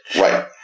Right